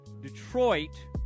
Detroit